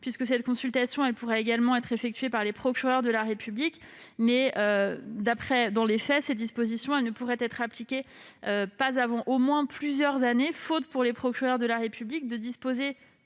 ce que celle-ci pourrait également être effectuée par les procureurs de la République. Toutefois, dans les faits, ces dispositions ne pourraient pas être appliquées avant plusieurs années au moins, faute pour les procureurs de la République de disposer